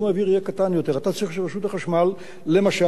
אתה צריך שרשות החשמל למשל תאשר את התעריף.